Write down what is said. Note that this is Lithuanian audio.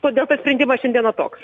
todėl tas sprendimas šiandieną toks